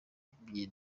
by’i